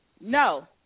No